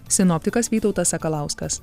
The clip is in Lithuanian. sinoptikas vytautas sakalauskas